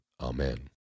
Amen